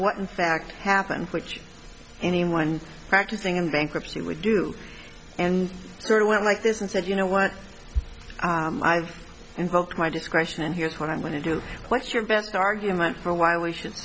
fact happened which anyone practicing in bankruptcy would do and so it went like this and said you know what i've invoked my discretion and here's what i'm going to do what's your best argument for why we should